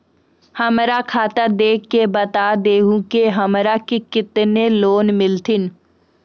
हमरा खाता देख के बता देहु के हमरा के केतना लोन मिलथिन?